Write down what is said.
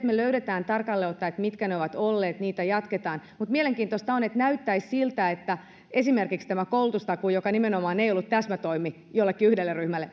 jotta me nyt löydämme tarkalleen ottaen että mitkä ne ovat olleet sitä jatketaan mutta mielenkiintoista on että näyttäisi siltä että esimerkiksi tällä koulutustakuulla joka nimenomaan ei ollut täsmätoimi jollekin yhdelle ryhmälle